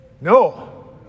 No